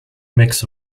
mix